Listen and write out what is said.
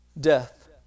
death